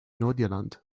nordirland